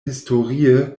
historie